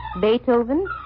Beethoven